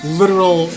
literal